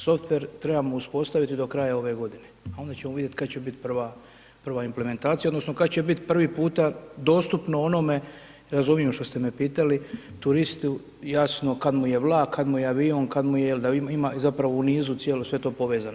Software trebamo uspostaviti do kraja ove godine, a onda ćemo vidjeti kad će biti prva implementacija, odnosno kad će biti prvi puta dostupno onome, razumijem što ste me pitali, turistu, jasno, kad mu je vlak, kad mu je avion, kad mu je, da ima zapravo u nizu cijelu, sve to povezano.